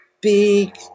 big